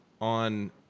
on